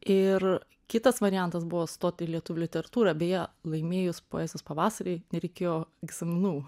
ir kitas variantas buvo stot į lietuvių literatūrą beje laimėjus poezijos pavasarį nereikėjo egzaminų